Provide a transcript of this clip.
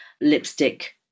lipstick